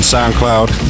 SoundCloud